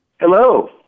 Hello